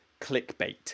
clickbait